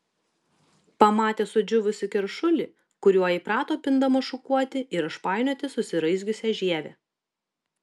pamatė sudžiūvusį keršulį kuriuo įprato pindama šukuoti ir išpainioti susiraizgiusią žievę